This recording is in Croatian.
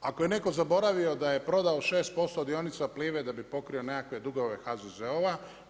Ako je netko zaboravio da je prodao 6% dionica PLIVA-e da bi pokrio nekakve dugove HZZO-a.